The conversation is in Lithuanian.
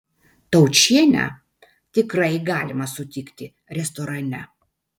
taučienę tikrai galima sutikti restorane